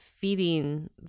feeding